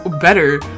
better